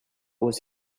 was